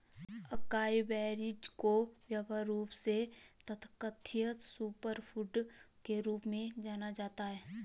acai berries को व्यापक रूप से तथाकथित सुपरफूड के रूप में जाना जाता है